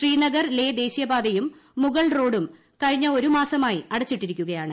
ശ്രീനഗർ ലേ ദേശീയപാതയും മുഗൾ റോഡും കഴിഞ്ഞ ഒരു മാസമായി അടച്ചിട്ടിരിക്കുകയാണ്